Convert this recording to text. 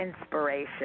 inspiration